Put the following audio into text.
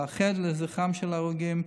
להתאחד לזכרם של ההרוגים,